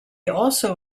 also